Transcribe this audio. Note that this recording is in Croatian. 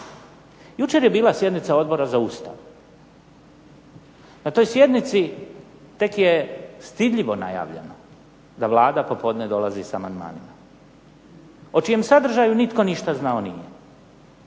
Jučer je bila sjednica Odbora za Ustav. Na toj sjednici tek je stidljivo najavljeno da Vlada popodne dolazi s amandmanima, o čijem sadržaju nitko ništa znao nije,